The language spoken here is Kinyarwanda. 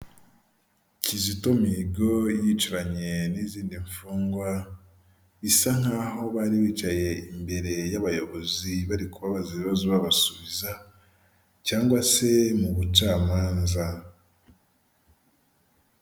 Kizito Mihigo yicaranye n'izindi mfungwa, bisa nkaho bari bicaye imbere y'abayobozi bari kubabaza ibibazo babasubiza cyangwa se mu bucamanza.